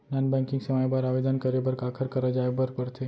non banking सेवाएं बर आवेदन करे बर काखर करा जाए बर परथे